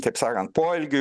taip sakan poelgių